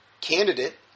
candidate